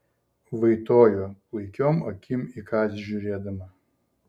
vaitojo klaikiom akim į kazį žiūrėdama